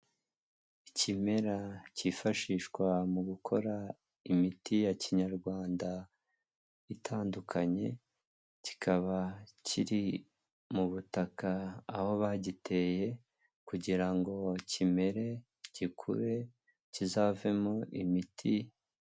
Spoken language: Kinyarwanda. Ikimera cyifashishwa mu gukora imiti ya kinyarwanda itandukanye, kikaba kiri mu butaka aho bagiteye, kugira ngo kimere, gikure, kizavemo imiti.